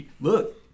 Look